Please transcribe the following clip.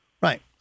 Right